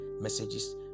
messages